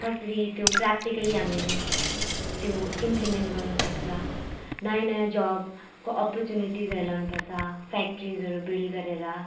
कसरी त्यो प्र्याक्टिकल्ली हामीले त्यो इमप्लिमेन्ट गर्नुसक्छ नयाँ नयाँ जबको अपर्चुनिटिसहरू ल्याउनुपर्छ फ्याक्ट्रिजहरू बिल्ड गरेर